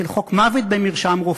"חוק מוות במרשם רופא".